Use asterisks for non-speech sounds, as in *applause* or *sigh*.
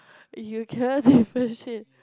you cannot *laughs* differentiate